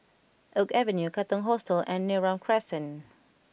Oak Avenue Katong Hostel and Neram Crescent